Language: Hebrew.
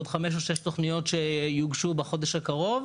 עוד 5 או 6 תוכניות שיוגשו בחודש הקרוב.